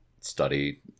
study